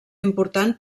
important